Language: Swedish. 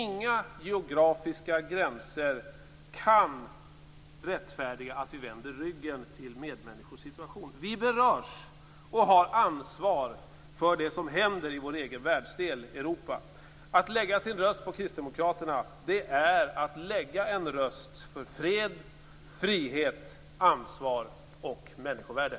Inga geografiska gränser kan rättfärdiga att vi vänder ryggen till medmänniskors situation. Vi berörs och har ansvar för det som händer i vår egen världsdel Europa. Att lägga sin röst på kristdemokraterna är att lägga en röst för fred, frihet, ansvar och människovärde.